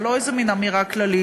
זה לא איזה מין אמירה כללית,